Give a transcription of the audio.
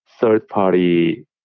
third-party